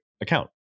account